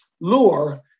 lure